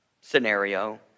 scenario